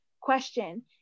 question